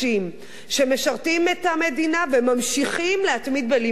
שמשרתים את המדינה וממשיכים להתמיד בלימודיהם.